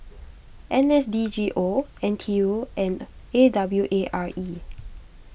N S D G O N T U and A W A R E